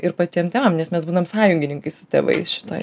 ir patiem tėvam nes mes būnam sąjungininkais su tėvais šitoj